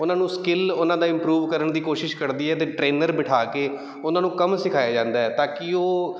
ਉਹਨਾਂ ਨੂੰ ਸਕਿਲ ਉਹਨਾਂ ਦਾ ਇੰਪਰੂਵ ਕਰਨ ਦੀ ਕੋਸ਼ਿਸ਼ ਕਰਦੀ ਹੈ ਅਤੇ ਟ੍ਰੇਨਰ ਬਿਠਾ ਕੇ ਉਹਨਾਂ ਨੂੰ ਕੰਮ ਸਿਖਾਇਆ ਜਾਂਦਾ ਤਾਂ ਕਿ ਉਹ